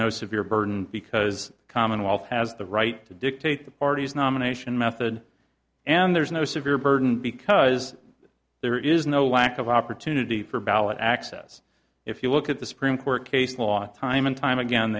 no severe burden because the commonwealth has the right to dictate the party's nomination method and there is no severe burden because there is no lack of opportunity for ballot access if you look at the supreme court case law time and time again